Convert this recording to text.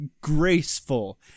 graceful